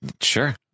Sure